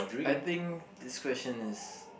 I think this question is